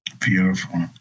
Beautiful